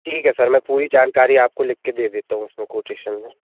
ठीक है सर मैं पूरी जानकारी आपको लिख के दे देता हूँ उसमें क्वोटेशन में